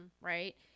right